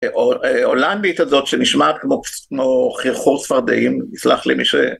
הולנדית הזאת שנשמעת כמו חרחור צפרדעים, יסלח לי מי ש..